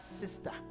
sister